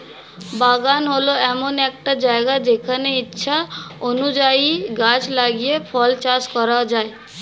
বাগান হল এমন একটা জায়গা যেখানে ইচ্ছা অনুযায়ী গাছ লাগিয়ে ফল চাষ করা যায়